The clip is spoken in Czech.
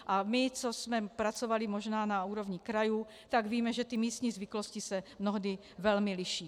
A my, co jsme pracovali možná na úrovni krajů, tak víme, že ty místní zvyklosti se mnohdy velmi liší.